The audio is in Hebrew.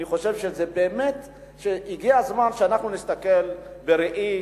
אני חושב שבאמת הגיע הזמן שאנחנו נסתכל בראי,